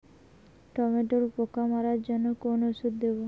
টমেটোর পোকা মারার জন্য কোন ওষুধ দেব?